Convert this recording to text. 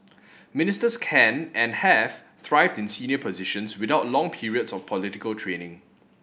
ministers can and have thrived in senior positions without long periods of political training